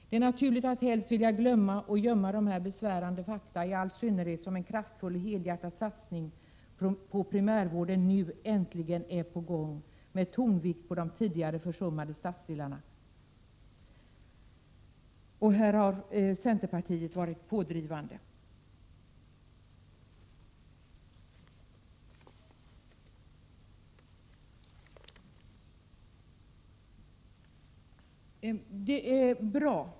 Det är naturligt att helst vilja glömma och gömma sådana här besvärande fakta — i all synnerhet som en kraftfull, helhjärtad satsning på primärvården nu äntligen är på gång, med tonvikt på de tidigare försummade stadsdelarna. Här har centerpartiet varit pådrivande.